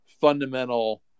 fundamental